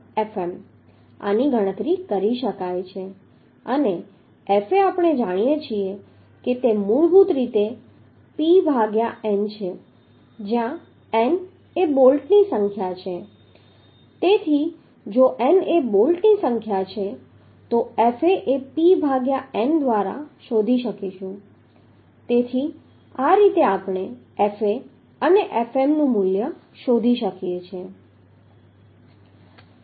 આની ગણતરી કરી શકાય છે અને Fa આપણે જાણીએ છીએ કે તે મૂળભૂત રીતે P ભાગ્યા n છે જ્યાં n એ બોલ્ટની સંખ્યા છે તેથી જો n એ બોલ્ટની સંખ્યા છે તો Fa એ P ભાગ્યા n દ્વારા શોધી શકીશું તેથી આ રીતે આપણે Fa અને Fm નું મૂલ્ય શોધી શકીએ છીએ